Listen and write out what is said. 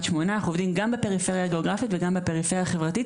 שמונה ואנחנו עובדים גם בפריפריה הגיאוגרפית וגם בפריפריה החברתית,